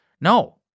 No